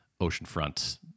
oceanfront